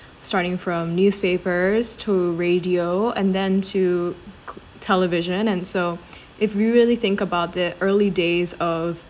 starting from newspapers to radio and then to co~ television and so if you really think about the early days of